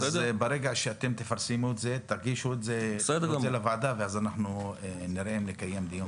כאשר תפרסמו תגישו את זה לוועדה ואז נחליט אם לקיים דיון.